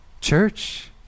Church